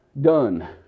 done